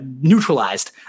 neutralized